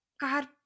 God